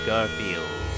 Garfield